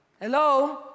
Hello